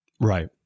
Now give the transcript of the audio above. Right